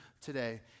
today